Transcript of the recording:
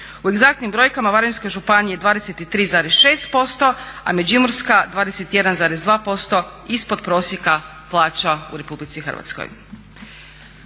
U egzaktnim brojkama Varaždinska županija je 23,6%, a Međimurska 21,2% ispod prosjeka plaća u RH. Što